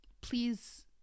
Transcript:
please